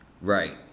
Right